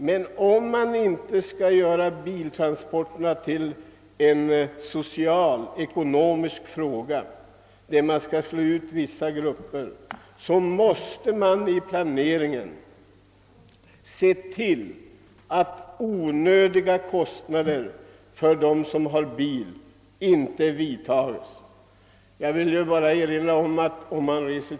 Men om man inte skall göra biltransporterna och bilismen till en social och ekonomisk fråga, så att vissa grupper slås ut, måste man i planeringen se till att det inte blir onödiga kostnader.